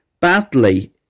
Badly